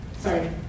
Sorry